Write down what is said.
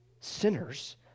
sinners